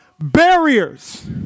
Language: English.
barriers